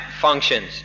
functions